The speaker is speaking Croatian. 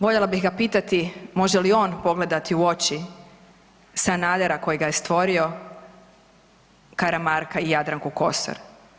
Voljela bih ga pitati može li on pogledati u oči Sanadera koji ga je stvorio, Karamarka i Jadranku Kosor?